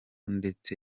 ndetse